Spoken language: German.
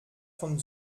von